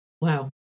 wow